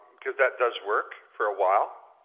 cause that does work for a while.